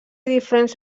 diferents